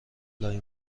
لای